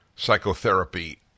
psychotherapy